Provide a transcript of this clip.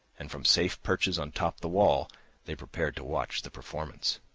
and from safe perches on top the wall they prepared to watch the performance.